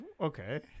okay